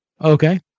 Okay